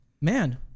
Man